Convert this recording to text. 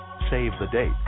save-the-date